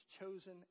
chosen